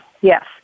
Yes